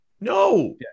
No